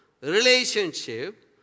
relationship